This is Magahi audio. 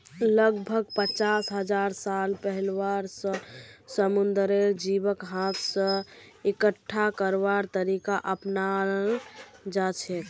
लगभग पचास हजार साल पहिलअ स समुंदरेर जीवक हाथ स इकट्ठा करवार तरीका अपनाल जाछेक